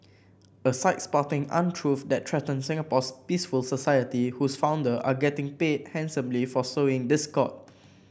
a site spouting untruth that threaten Singapore's peaceful society whose founder are getting paid handsomely for sowing discord